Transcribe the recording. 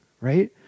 right